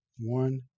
one